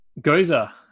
Goza